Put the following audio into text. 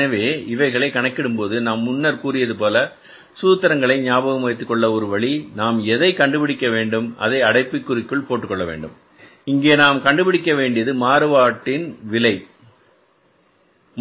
எனவே இவைகளை கணக்கிடும்போது நான் முன்னர் கூறியதுபோல சூத்திரங்களை ஞாபகம் வைத்துக்கொள்ள ஒரு வழி என்றால் நாம் எதை கண்டுபிடிக்க வேண்டும் அது அடைப்புக்குறிக்குள் போட்டுக்கொள்ள வேண்டும் இங்கே நாம் கண்டுபிடிக்க வேண்டியது மாறுபாட்டின் விலை